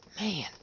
Man